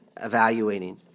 evaluating